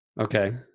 Okay